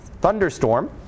thunderstorm